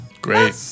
Great